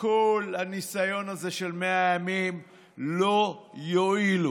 כל הניסיון הזה של 100 ימים לא יועיל,